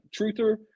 truther